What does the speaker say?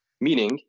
meaning